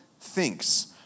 thinks